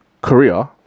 Korea